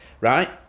Right